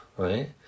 right